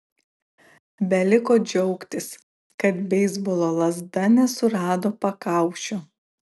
beliko džiaugtis kad beisbolo lazda nesurado pakaušio